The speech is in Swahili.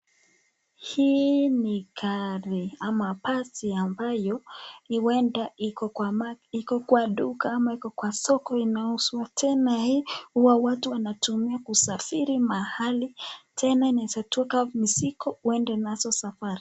Hii ni gari ama basi ambayo huenda iko kwa duka ama soko inauzwa, tena hii hua watu wanatumia kusafiri mahali, tena inaeza kutoka usiku uende nazo safari.